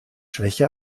schwäche